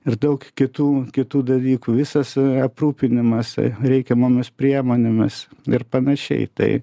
ir daug kitų kitų dalykų visas aprūpinimas reikiamomis priemonėmis ir panašiai tai